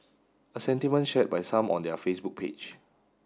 a sentiment shared by some on their Facebook page